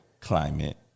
climate